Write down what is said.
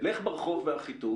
לך לאחיטוב,